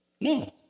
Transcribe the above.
No